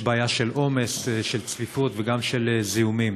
יש בעיה של עומס, של צפיפות וגם של זיהומים.